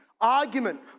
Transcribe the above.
argument